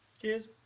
Cheers